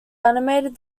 animated